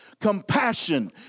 compassion